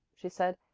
she said.